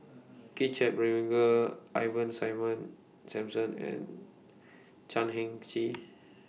Kit Chan Ivan Simon Simson and Chan Heng Chee